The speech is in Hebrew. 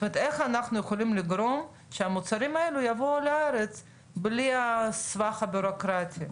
איך אנחנו יכולים לגרום שהמוצרים האלה יבואו לארץ בלי הסבך הבירוקרטי?